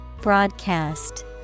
Broadcast